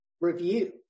review